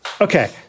Okay